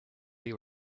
they